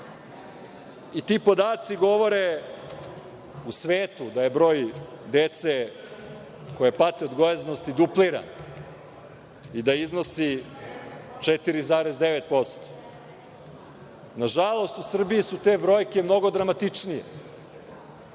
podaci govore u svetu da je broj dece koja pate od gojaznosti dupliran i da iznosi 4,9%. Nažalost u Srbiji su te brojke mnogo dramatičnije,